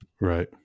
Right